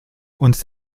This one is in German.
und